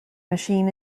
machine